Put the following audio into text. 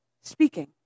speaking